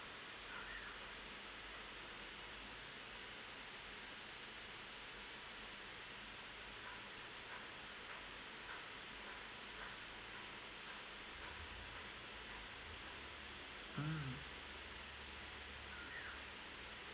mm